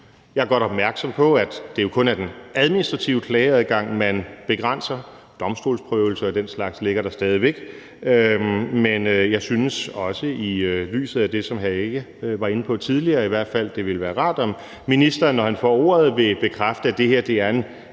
Jeg er godt opmærksom på, at det jo kun er den administrative klageadgang, man begrænser – domstolsprøvelser og den slags ligger der stadig væk – men jeg synes, også i lyset af det, som hr. Søren Egge Rasmussen i hvert fald tidligere var inde på, at det ville være rart, om ministeren, når han får ordet, vil bekræfte, at det her er en